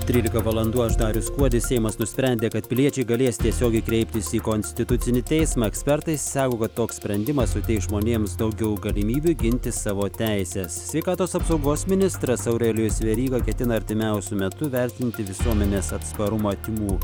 trylika valandų aš darius kuodis seimas nusprendė kad piliečiai galės tiesiogiai kreiptis į konstitucinį teismą ekspertai sako kad toks sprendimas suteiks žmonėms daugiau galimybių ginti savo teises sveikatos apsaugos ministras aurelijus veryga ketina artimiausiu metu vertinti visuomenės atsparumą tymų